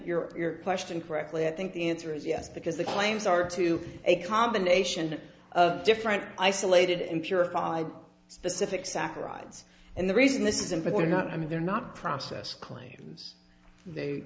understand your question correctly i think the answer is yes because the claims are two a combination of different isolated and purified specific sac rides and the reason this is important i mean they're not process claims they